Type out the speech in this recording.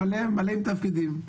מלא תפקידים.